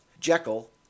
Jekyll